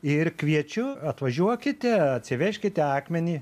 ir kviečiu atvažiuokite atsivežkite akmenį